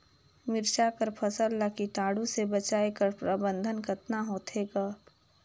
मिरचा कर फसल ला कीटाणु से बचाय कर प्रबंधन कतना होथे ग?